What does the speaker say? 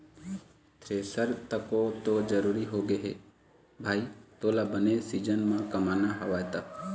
thresher तको तो जरुरी होगे भाई तोला बने सीजन म कमाना हवय त